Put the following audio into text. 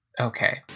Okay